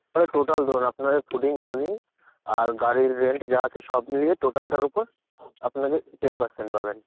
তাহলে টোটাল ধরুন আপনাদের ফুডিং লজিং আর গাড়ির রেন্ট যা আছে সব মিলিয়ে টোটালটার উপর আপনাকে টেন পার্সেন্ট পাবেন